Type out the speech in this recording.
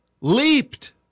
Leaped